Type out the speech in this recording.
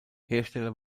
hersteller